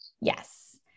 yes